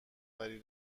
وری